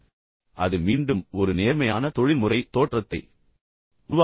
எனவே அது மீண்டும் ஒரு நேர்மையான தொழில்முறை தோற்றத்தை உருவாக்குகிறது